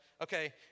Okay